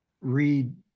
read